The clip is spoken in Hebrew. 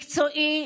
מקצועי,